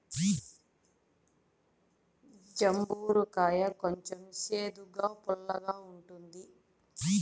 జంబూర కాయ కొంచెం సేదుగా, పుల్లగా ఉంటుంది